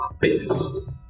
Peace